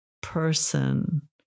person